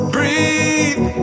Breathe